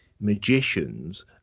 magicians